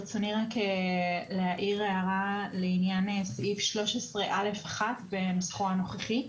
ברצוני רק להעיר הערה לעניין סעיף 13(א)(1) בנוסחו הנוכחי.